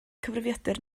cyfrifiadur